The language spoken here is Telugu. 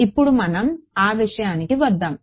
ఇప్పుడు మనం ఆ విషయానికి వద్దాం